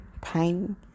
pain